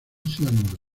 cianuro